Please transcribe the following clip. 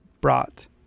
brought